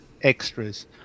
extras